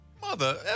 Mother